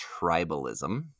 tribalism